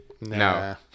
no